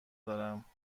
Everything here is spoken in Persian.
دارم